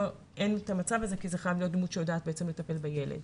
פה אין את המצב הזה כי זה חייב להיות דמות שיודעת לטפל בילד.